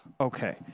Okay